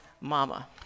mama